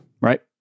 right